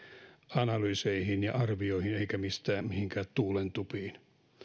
analyyseihin ja arvioihin eikä mihinkään tuulentupiin